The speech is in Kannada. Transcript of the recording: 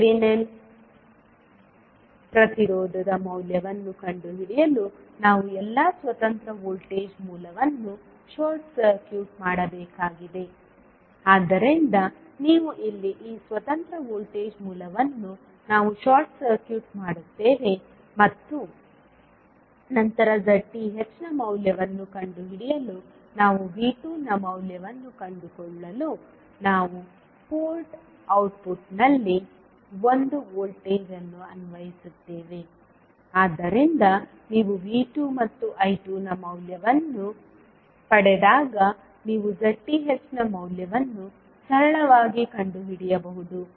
ಥೆವೆನಿನ್ ಪ್ರತಿರೋಧದ ಮೌಲ್ಯವನ್ನು ಕಂಡುಹಿಡಿಯಲು ನಾವು ಎಲ್ಲಾ ಸ್ವತಂತ್ರ ವೋಲ್ಟೇಜ್ ಮೂಲವನ್ನು ಶಾರ್ಟ್ ಸರ್ಕ್ಯೂಟ್ ಮಾಡಬೇಕಾಗಿದೆ ಆದ್ದರಿಂದ ನೀವು ಇಲ್ಲಿ ಈ ಸ್ವತಂತ್ರ ವೋಲ್ಟೇಜ್ ಮೂಲವನ್ನು ನಾವು ಶಾರ್ಟ್ ಸರ್ಕ್ಯೂಟ್ ಮಾಡುತ್ತೇವೆ ಮತ್ತು ನಂತರ ZThನ ಮೌಲ್ಯವನ್ನು ಕಂಡುಹಿಡಿಯಲು ನಾವು V2ನ ಮೌಲ್ಯವನ್ನು ಕಂಡುಕೊಳ್ಳಲು ನಾವು ಪೋರ್ಟ್ ಔಟ್ಪುಟ್ನಲ್ಲಿ ಒಂದು ವೋಲ್ಟೇಜ್ ಅನ್ನು ಅನ್ವಯಿಸುತ್ತೇವೆ ಆದ್ದರಿಂದ ನೀವು V2 ಮತ್ತು I2 ನ ಮೌಲ್ಯವನ್ನು ಪಡೆದಾಗ ನೀವು ZThನ ಮೌಲ್ಯವನ್ನು ಸರಳವಾಗಿ ಕಂಡುಹಿಡಿಯಬಹುದು